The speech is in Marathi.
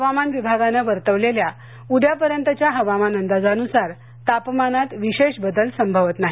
हवामान विभागाने वर्तवलेल्या उद्या पर्यंतच्या हवामान अंदाजानुसार तापमानात विशेष बदल संभवत नाही